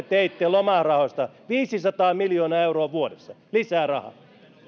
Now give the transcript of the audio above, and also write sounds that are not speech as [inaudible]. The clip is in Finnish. [unintelligible] teitte lomarahoista viisisataa miljoonaa euroa vuodessa lisää rahaa